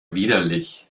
widerlich